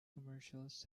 commercials